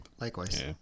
likewise